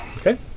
Okay